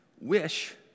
wish